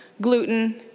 gluten